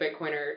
Bitcoiner